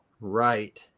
right